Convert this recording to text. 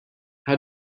how